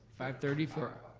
five thirty for